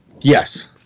Yes